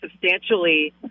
substantially